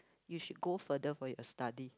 you should go further for your study